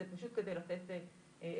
זה פשוט כדי לתת איזשהו